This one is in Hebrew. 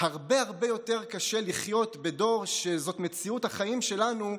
הרבה הרבה יותר קשה לחיות בדור שזאת מציאות החיים שלו,